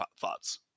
thoughts